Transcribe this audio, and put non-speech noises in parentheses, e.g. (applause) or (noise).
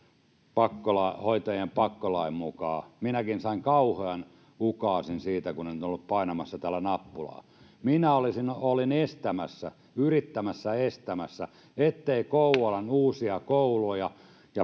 hoitajien pakkolaista, niin minäkin sain kauhean ukaasin siitä, kun en ollut painamassa täällä nappulaa. Minä olin estämässä, yrittämässä estää, ettei Kouvolan (noise)